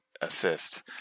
assist